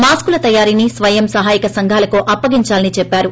మాస్కుల తయారీని స్వయం సహాయక సంఘాలకు అప్పగిందాలని చెప్పారు